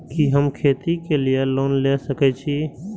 कि हम खेती के लिऐ लोन ले सके छी?